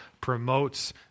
promotes